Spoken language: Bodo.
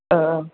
ओ ओ